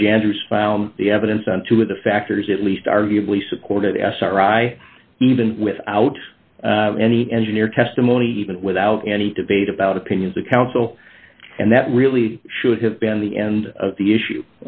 judge andrews found the evidence on two of the factors at least arguably supported sri even without any engineer testimony even without any debate about opinions of counsel and that really should have been the end of the issue